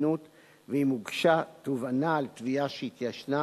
ההתיישנות התקפה שלוש שנים לאחר יום חתימת החוזה.